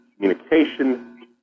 communication